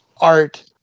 art